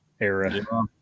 era